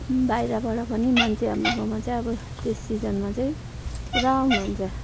बाहिरबाट पनि मान्छे हाम्रो गाउँमा चाहिँ अब त्यस सिजनमा चाहिँ पुरा आउनुहुन्छ